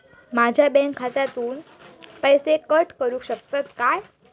माझ्या बँक खात्यासून पैसे कट करुक शकतात काय?